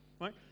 Right